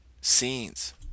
scenes